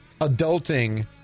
adulting